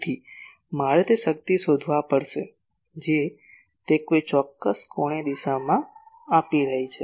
તેથી મારે તે શક્તિ શોધવા પડશે જે તે કોઈ ચોક્કસ કોણીય દિશામાં આપી રહી છે